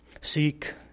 seek